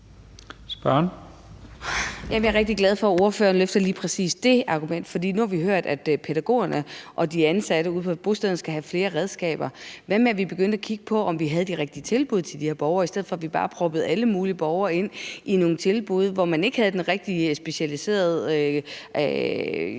rigtig glad for, at ordføreren løfter lige præcis det argument. For nu har vi hørt, at pædagogerne og de ansatte ude på bostederne skal have flere redskaber. Hvad med, at vi begyndte at kigge på, om vi har de rigtige tilbud til de her borgere, i stedet for at vi bare putter alle mulige borgere ind i nogle tilbud, hvor man overhovedet ikke har ansatte